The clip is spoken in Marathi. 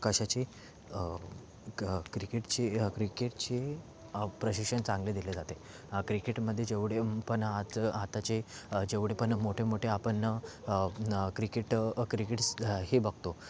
कशाचे क क्रिकेटचे क्रिकेटचे प्रशिक्षण चांगले दिले जाते क्रिकेटमध्ये जेवढे पण आत आत्ताचे जेवढे पण मोठे मोठे आपण क्रिकेट क्रिकेटस् झा हे बघतो